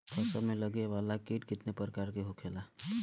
फसल में लगे वाला कीट कितने प्रकार के होखेला?